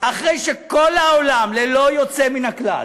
אחרי שכל העולם, ללא יוצא מן הכלל,